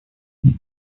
when